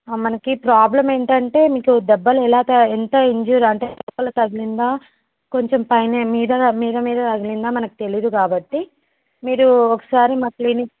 మనకు ప్రాబ్లం ఏంటంటే మీకు దెబ్బలు ఎలా త అంటే ఎంత ఇంజూర్ అంటే లోపల తగిలిందా కొంచం పైన మీద మీద మీద తగిలిందా మనకు తెలియదు కాబట్టి మీరు ఒకసారి మా క్లినిక్